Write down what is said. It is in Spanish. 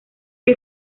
que